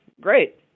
Great